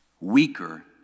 weaker